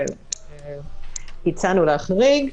והצענו להחריג,